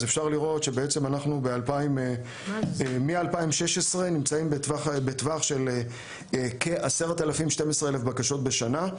אפשר לראות שאנחנו בעצם מ-2016 נמצאים בטווח של כ-12-10 אלף בקשות בשנה.